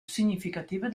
significative